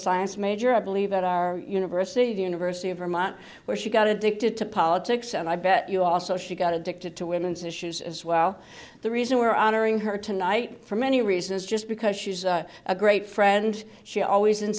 science major i believe that our university the university of vermont where she got addicted to politics and i bet you also she got addicted to women's issues as well the reason we're honoring her tonight for many reasons just because she's a great friend she always in